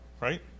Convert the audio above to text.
right